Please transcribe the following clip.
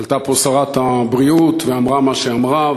עלתה פה שרת הבריאות ואמרה מה שאמרה,